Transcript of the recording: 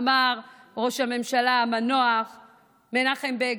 אמר ראש הממשלה המנוח מנחם בגין.